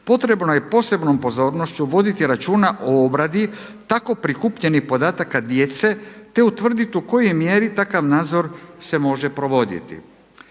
potrebno je posebnom pozornošću voditi računa o obradi tako prikupljenih podataka djece te utvrditi u kojoj mjeri takav nadzor se može provoditi.